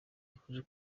yifuje